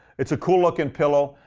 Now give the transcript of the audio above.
it's a cool-looking pillow.